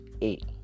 eight